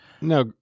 No